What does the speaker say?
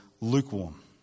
lukewarm